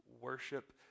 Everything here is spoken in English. worship